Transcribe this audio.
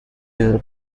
diesel